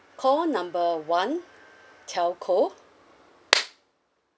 call number one telco